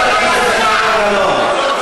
חברת הכנסת זהבה גלאון,